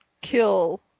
Kill